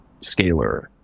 scalar